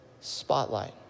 spotlight